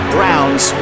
Browns